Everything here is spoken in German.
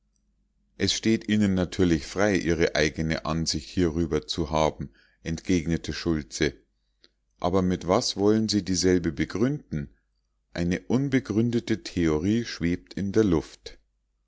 es steht ihnen natürlich frei ihre eigene ansicht hierüber zu haben entgegnete schultze aber mit was wollen sie dieselbe begründen eine unbegründete theorie schwebt in der luft